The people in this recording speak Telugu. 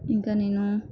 ఇంక నేను